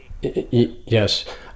yes